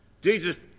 Jesus